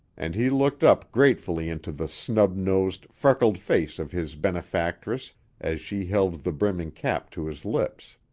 and he looked up gratefully into the snub-nosed, freckled face of his benefactress as she held the brimming cap to his lips.